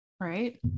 Right